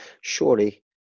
surely